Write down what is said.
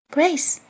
Grace